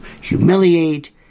humiliate